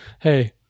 hey